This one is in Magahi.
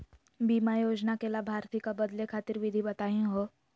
बीमा योजना के लाभार्थी क बदले खातिर विधि बताही हो?